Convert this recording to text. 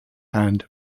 hand